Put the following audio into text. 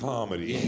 Comedy